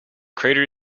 crater